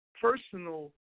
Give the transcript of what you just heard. personal